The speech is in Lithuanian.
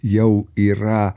jau yra